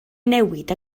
newid